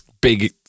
big